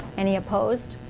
any opposed?